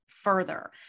further